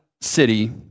city